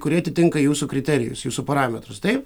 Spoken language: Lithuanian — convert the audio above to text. kurie atitinka jūsų kriterijus jūsų parametrus taip